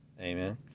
Amen